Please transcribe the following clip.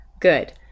good